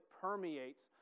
permeates